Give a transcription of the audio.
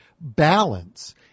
balance